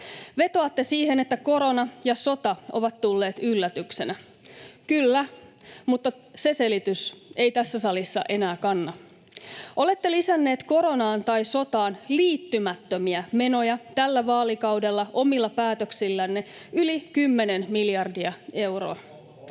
Vetoatte siihen, että korona ja sota ovat tulleet yllätyksenä. Kyllä, mutta se selitys ei tässä salissa enää kanna. Olette lisänneet koronaan tai sotaan liittymättömiä menoja tällä vaalikaudella, omilla päätöksillänne, yli 10 miljardia euroa.